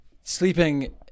Sleeping